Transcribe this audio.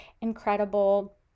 incredible